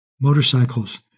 Motorcycles